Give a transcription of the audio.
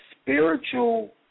spiritual